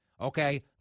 Okay